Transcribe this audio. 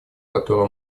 которую